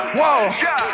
whoa